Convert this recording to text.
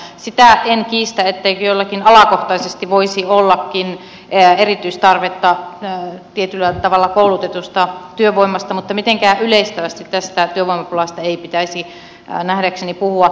sitä en kiistä etteikö alakohtaisesti voisi ollakin erityistarvetta tietyllä tavalla koulutetulle työvoimalle mutta mitenkään yleistävästi tästä työvoimapulasta ei pitäisi nähdäkseni puhua